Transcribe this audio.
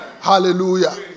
Hallelujah